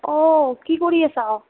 অঁ কি কৰি আছ